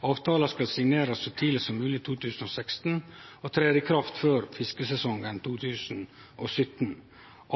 Avtala skal signerast så tidleg som mogleg i 2016 og tre i kraft før fiskesesongen 2017.